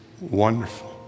wonderful